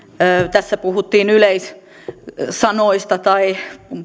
tässä puhuttiin yleissanoista tai